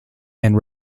and